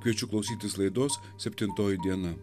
kviečiu klausytis laidos septintoji diena